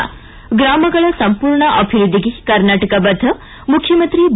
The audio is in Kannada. ಿ ಗ್ರಾಮಗಳ ಸಂಪೂರ್ಣ ಅಭಿವೃದ್ದಿಗೆ ಕರ್ನಾಟಕ ಬದ್ದ ಮುಖ್ಯಮಂತ್ರಿ ಬಿ